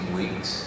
weeks